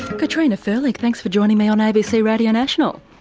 katrina firlik, thanks for joining me on abc radio national.